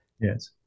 yes